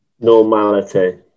normality